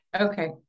Okay